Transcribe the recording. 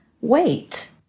wait